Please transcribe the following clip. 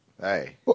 Hey